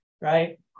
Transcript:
right